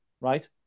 right